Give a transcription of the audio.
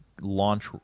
launch